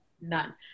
None